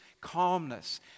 calmness